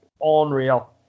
unreal